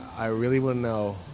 i really wouldn't know.